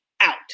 out